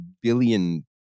billion